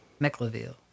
Meckleville